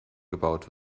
gebaut